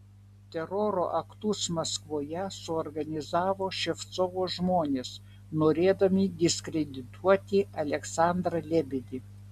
teroro aktus maskvoje suorganizavo ševcovo žmonės norėdami diskredituoti aleksandrą lebedį